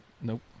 Nope